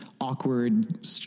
awkward